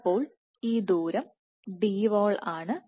അപ്പോൾ ഈ ദൂരം Dwall ആണ്